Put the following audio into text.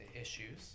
issues